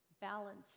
balance